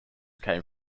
came